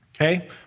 Okay